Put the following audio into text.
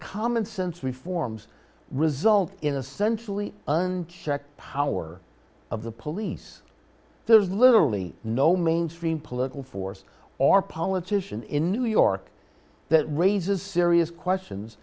commonsense reforms result in a centrally un check power of the police there's literally no mainstream political force or politician in new york that raises serious questions